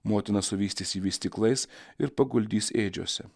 motina suvystys jį vystyklais ir paguldys ėdžiose